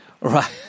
Right